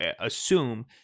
assume